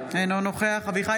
אינו נוכח אביחי